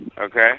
Okay